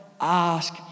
ask